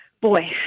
boy